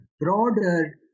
broader